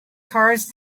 cars